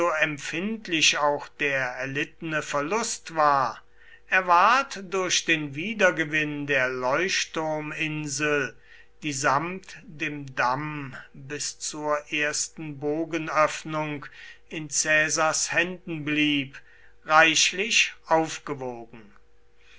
empfindlich auch der erlittene verlust war er ward durch den wiedergewinn der leuchtturminsel die samt dem damm bis zur ersten bogenöffnung in caesars händen blieb reichlich aufgewogen